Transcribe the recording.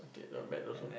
it not bad also